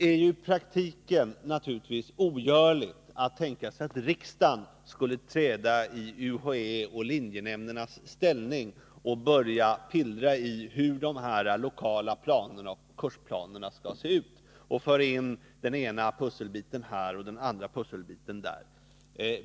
I praktiken är det naturligtvis ogörligt att tänka sig att riksdagen skulle träda i UHÄ:s och linjenämndernas ställe och börja lägga sig i hur de här lokala planerna och kursplanerna skall se ut och föra in den ena pusselbiten här och den andra där.